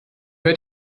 hört